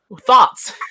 Thoughts